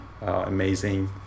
amazing